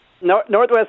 Northwest